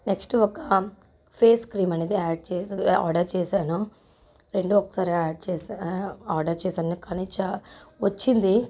next ఒక face cream అనేది add చేసి ఆర్డర్ చేశాను రెండు ఒకసారి ఆడ్ చేసా ఆర్డర్ చేశాను కానీ చ వచ్చింది